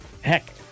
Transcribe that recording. heck